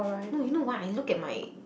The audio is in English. no you know why I look at my